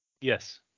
Yes